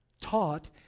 taught